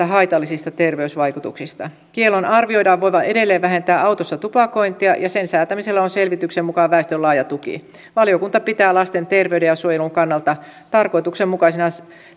haitallisista terveysvaikutuksista kiellon arvioidaan voivan edelleen vähentää autossa tupakointia ja sen säätämisellä on selvityksen mukaan väestön laaja tuki valiokunta pitää lasten terveyden ja suojelun kannalta tarkoituksenmukaisena